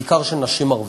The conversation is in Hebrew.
בעיקר של נשים ערביות,